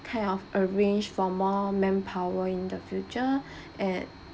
kind of arrange for more manpower in the future and